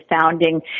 founding